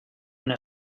una